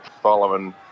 following